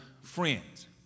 friends